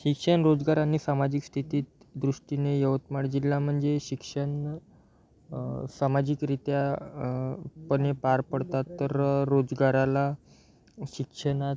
शिक्षण रोजगार आणि सामाजिक स्थितीत दृष्टीने यवतमाळ जिल्हा म्हणजे शिक्षण सामाजिकरीत्या पणे पार पडतात तर रोजगाराला शिक्षणात